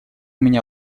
меня